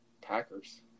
Packers